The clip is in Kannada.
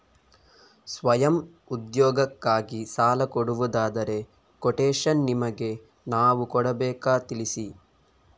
ಸ್ವಯಂ ಉದ್ಯೋಗಕ್ಕಾಗಿ ಸಾಲ ಕೊಡುವುದಾದರೆ ಕೊಟೇಶನ್ ನಿಮಗೆ ನಾವು ಕೊಡಬೇಕಾ ತಿಳಿಸಿ?